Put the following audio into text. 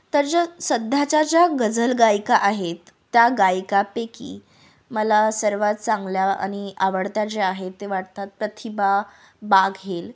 तर ज्या सध्याच्या ज्या गझल गायिका आहेत त्या गायिकांपैकी मला सर्वात चांगल्या आणि आवडत्या ज्या आहे ते वाटतात प्रतिभा बाघेल